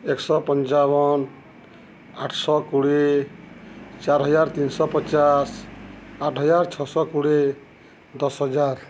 ଏକଶହ ପଞ୍ଚାବନ ଆଠଶହ କୋଡ଼ିଏ ଚାର ହଜାର ତିନିଶହ ପଚାଶ ଆଠହଜାର ଛଅଶହ କୋଡ଼ିଏ ଦଶ ହଜାର